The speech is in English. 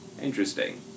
Interesting